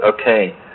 okay